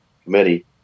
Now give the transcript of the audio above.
Committee